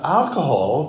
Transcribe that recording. alcohol